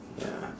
ya